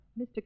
Mr